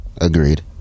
Agreed